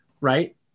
Right